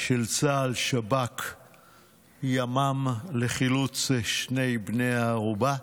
של צה"ל, שב"כ וימ"מ לחילוץ שני בני הערובה.